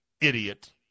idiot